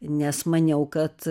nes maniau kad